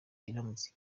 iramutse